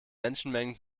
menschenmengen